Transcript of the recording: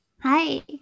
Hi